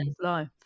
life